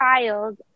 Child